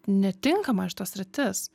netinkama šito sritis